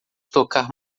tocar